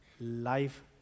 life